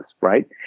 Right